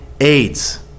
AIDS